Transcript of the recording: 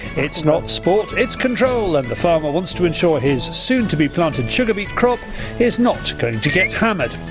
it's not sport, it's control and the farmer wants to ensure his soon to be planted sugar beet crop is not going to get hammered.